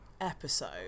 episode